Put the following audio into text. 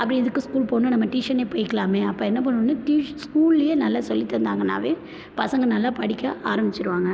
அப்புறம் எதுக்கு ஸ்கூல் போகணும் நம்ம டியூஷனே போய்க்கலாமே அப்போ என்ன பண்ணணும் ஸ்கூல்லயே நல்லா சொல்லி தந்தாங்கன்னாலே பசங்கள் நல்லா படிக்க ஆரம்பித்திடுவாங்க